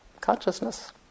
consciousness